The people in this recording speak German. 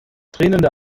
tränende